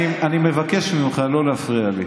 אני מבקש ממך לא להפריע לי.